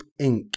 Inc